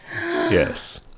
Yes